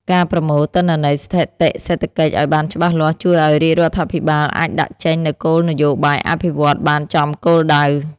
ការប្រមូលទិន្នន័យស្ថិតិសេដ្ឋកិច្ចឱ្យបានច្បាស់លាស់ជួយឱ្យរាជរដ្ឋាភិបាលអាចដាក់ចេញនូវគោលនយោបាយអភិវឌ្ឍន៍បានចំគោលដៅ។